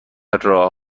راه